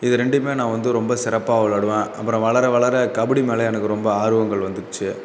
இது ரெண்டுமே நான் வந்து ரொம்ப சிறப்பாக விளாடுவேன் அப்புறம் வளர வளர கபடி மேல் எனக்கு ரொம்ப ஆர்வங்கள் வந்துடுச்சு